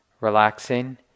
relaxing